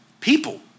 people